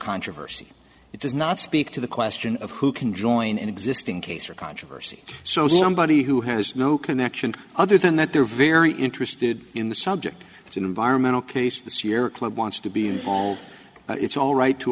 controversy it does not speak to the question of who can join an existing case or controversy so somebody who has no connection other than that they're very interested in the subject it's an environmental case this year club wants to be involved but it's all right to